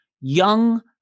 young